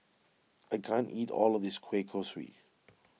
I can't eat all of this Kueh Kosui